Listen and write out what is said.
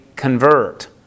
convert